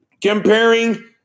comparing